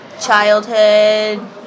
childhood